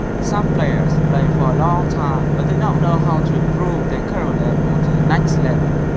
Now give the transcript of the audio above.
some players play for a long time, but they don't know how to improve their current level to the next level.